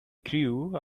crew